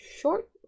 short